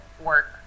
work